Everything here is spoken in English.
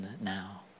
now